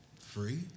free